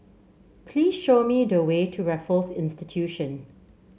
please show me the way to Raffles Institution